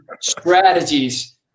strategies